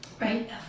right